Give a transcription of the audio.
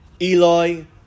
Eloi